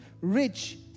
rich